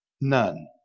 None